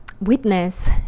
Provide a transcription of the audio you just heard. witness